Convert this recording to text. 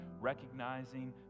recognizing